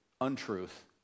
untruth